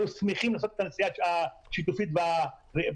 היו שמחים לעשות את הנסיעה השיתופית בפרטי.